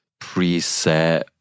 preset